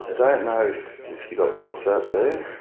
don't know if you've got whatsapp there?